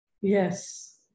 Yes